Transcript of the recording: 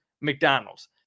McDonald's